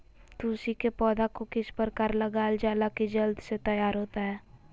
तुलसी के पौधा को किस प्रकार लगालजाला की जल्द से तैयार होता है?